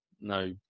no